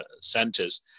centers